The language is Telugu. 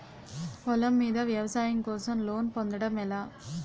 పొలం మీద వ్యవసాయం కోసం లోన్ పొందటం ఎలా?